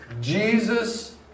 Jesus